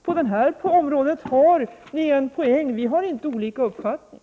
På det här området har ni en poäng. Vi har inte olika uppfattning.